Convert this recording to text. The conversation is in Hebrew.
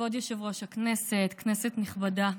כבוד יושב-ראש הכנסת, כנסת נכבדה,